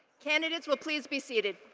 candidates will please be seated.